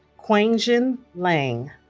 qianjing liang